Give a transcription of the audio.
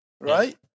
Right